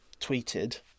tweeted